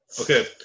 Okay